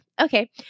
Okay